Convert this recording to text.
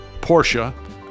Porsche